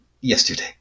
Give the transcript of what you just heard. yesterday